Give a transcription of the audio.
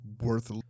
worth